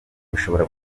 birashobora